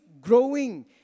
growing